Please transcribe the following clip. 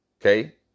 Okay